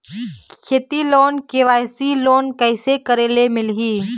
खेती loan KYC loan कइसे करे ले मिलही?